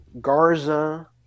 Garza